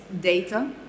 data